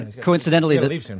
coincidentally